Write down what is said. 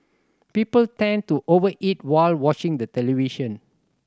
people tend to over eat while watching the television